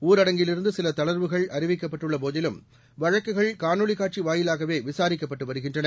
ஊரடங்கிலிருந்து சில தளர்வுகள் அறிவிக்கப்பட்டுள்ள போதிலும் வழக்குகள் காணொலி காட்சி வாயிலாகவே விசாரிக்கப்பட்டு வருகின்றன